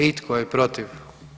I tko je protiv?